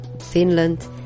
Finland